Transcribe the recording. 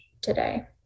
today